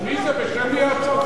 בשם מי ההצהרה הזאת?